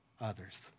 others